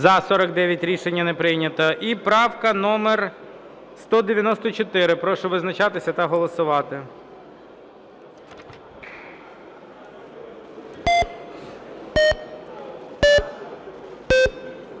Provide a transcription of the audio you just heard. За-49 Рішення не прийнято. І правка номер 194. Прошу визначатися та голосувати.